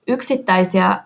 Yksittäisiä